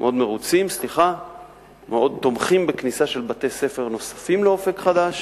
מאוד תומכים בכניסה של בתי-ספר נוספים ל"אופק חדש",